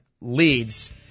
leads